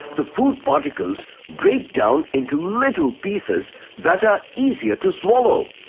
the food particles break down. into little pieces that are easier to swallow.